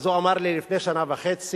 אז הוא אמר לי, לפני שנה וחצי,